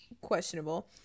questionable